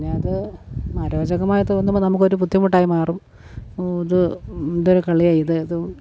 പിന്നെയത് അരോചകമായി തോന്നുമ്പോള് നമുക്കൊരു ബുദ്ധിമുട്ടായി മാറും ഇത് ഇതൊരു കളിയാണ് ഇത് ഇതും